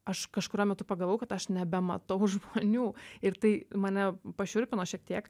aš kažkuriuo metu pagavau kad aš nebematau žmonių ir tai mane pašiurpino šiek tiek